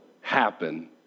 happen